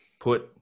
put